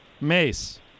Mace